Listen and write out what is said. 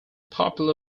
popular